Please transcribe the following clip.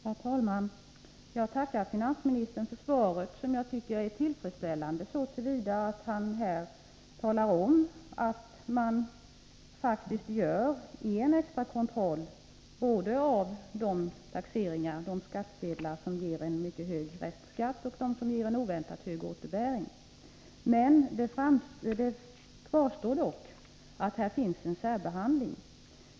Herr talman! Jag tackar finansministern för svaret, som jag tycker är tillfredsställande så till vida att han talar om att det faktiskt sker en extra kontroll både av de skattsedlar som ger mycket hög restskatt och av dem som ger en oväntat hög återbäring. Det kvarstår dock att det finns en särbehandling.